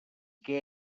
què